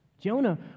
Jonah